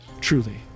truly